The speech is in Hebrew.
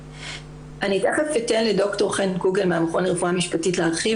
אני תיכף אתן לד"ר חן קובל מהמכון לרפואה משפטית להרחיב